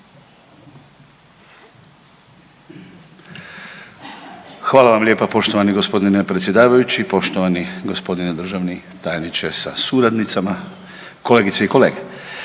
Hvala vam lijepa poštovani g. predsjedavajući. Poštovani gospodine državni tajniče sa suradnicama, kolegice i kolege.